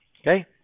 okay